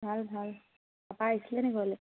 ভাল ভাল পাপা আহিছিলেনি ঘৰলৈ